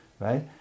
Right